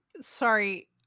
Sorry